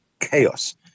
chaos